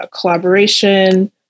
collaboration